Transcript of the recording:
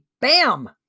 Bam